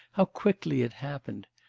how quickly it happened!